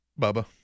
Bubba